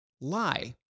lie